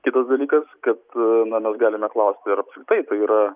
kitas dalykas kad na mes galime klausti ar taip tai yra